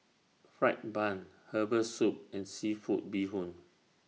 Fried Bun Herbal Soup and Seafood Bee Hoon